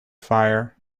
fire